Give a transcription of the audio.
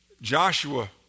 Joshua